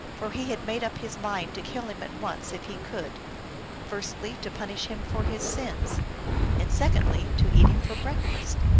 for he had made up his mind to kill him at once if he could firstly, to punish him for his sins and secondly, to eat him for breakfast.